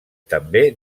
també